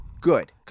Good